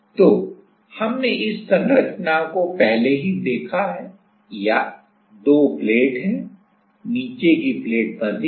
क्योंकि उसके बाद यदि गैप d बटा 3 से अधिक है तो ऊपर की प्लेट नीचे की प्लेट पर स्नैप करेगी